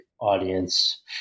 audience